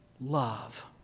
love